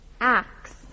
acts